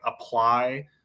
apply